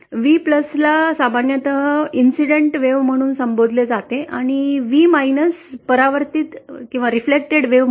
V ला सामान्यतः घटना लहरी म्हणून संबोधले जाते आणि V परावर्तित लाट म्हणून